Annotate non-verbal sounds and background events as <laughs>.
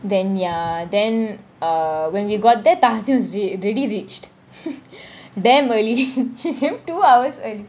then ya then err when we got there tahasen is really reached <laughs> damn early <laughs> she came two hours ear~